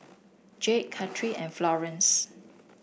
Jade Kathryn and Florance